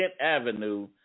Avenue